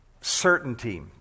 certainty